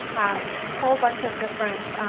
um whole bunch of different